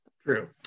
True